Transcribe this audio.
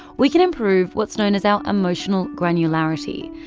we can improve what's known as our emotional granularity.